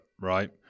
right